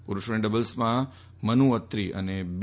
પુરૂષોની ડબલ્સમાં મનુ અત્રી અને બી